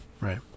right